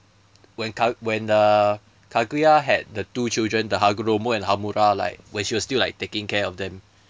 when ka~ when uh kaguya had the two children the hagoromo and hamura like when she was still like taking care of them